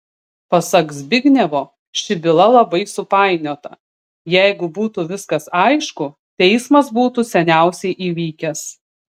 pasak zbignevo ši byla labai supainiota jeigu būtų viskas aišku teismas būtų seniausiai įvykęs